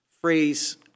phrase